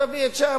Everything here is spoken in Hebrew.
תביא שם,